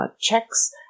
checks